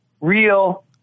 real